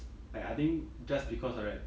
I I think just because of that